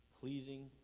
pleasing